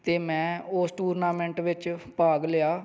ਅਤੇ ਮੈਂ ਉਸ ਟੂਰਨਾਮੈਂਟ ਵਿੱਚ ਭਾਗ ਲਿਆ